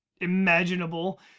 imaginable